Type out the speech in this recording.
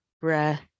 breath